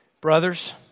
Brothers